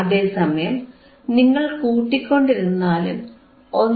അതേസമയം നിങ്ങൾ കൂട്ടിക്കൊണ്ടിരുന്നാലും 1